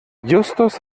justus